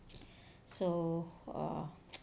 so err